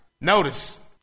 Notice